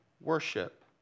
worship